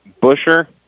Busher